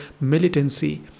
militancy